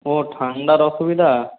ও ঠান্ডার অসুবিধা